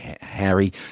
Harry